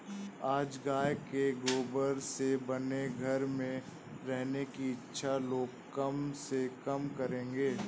आज गाय के गोबर से बने घर में रहने की इच्छा लोग कम से कम करेंगे